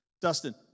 Dustin